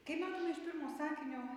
kai matome iš pirmo sakinio